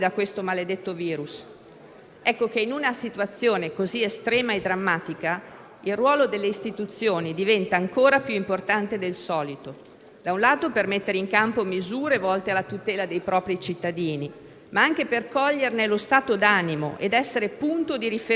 del solito, per mettere in campo misure volte alla tutela dei propri cittadini, ma anche per coglierne lo stato d'animo ed essere punto di riferimento, in grado di ispirare fiducia e rassicurare rispetto al futuro. Gli italiani, la nostra gente, sono già abbastanza provati